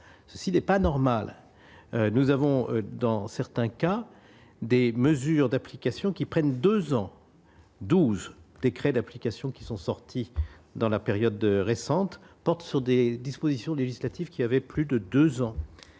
ceci n'est pas normal, nous avons, dans certains cas, des mesures d'application qui prennent 2 ans 12 décrets d'application qui sont sortis dans la période récente porte sur des dispositions législatives qui avaient plus de 2 ans,